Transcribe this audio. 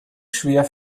schwer